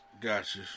gotcha